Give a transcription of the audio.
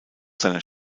seiner